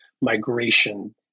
migration